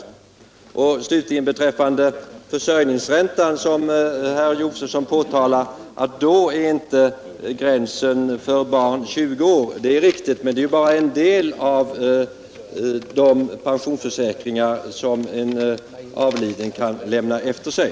I fråga om försörjningsräntan slutligen är det riktigt som herr Josefson påpekade att i det sammanhanget är inte åldersgränsen för barn satt vid 20 år, men detta gäller ju bara en del av de pensionsförsäkringar som en avliden kan lämna efter sig.